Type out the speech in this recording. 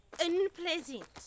unpleasant